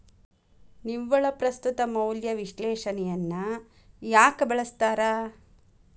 ನಿವ್ವಳ ಪ್ರಸ್ತುತ ಮೌಲ್ಯ ವಿಶ್ಲೇಷಣೆಯನ್ನ ಯಾಕ ಬಳಸ್ತಾರ